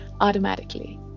automatically